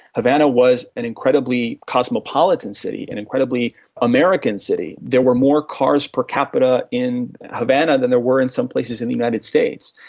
havana was an incredibly cosmopolitan city, an and incredibly american city. there were more cars per capita in havana than there were in some places in the united states.